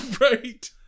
Right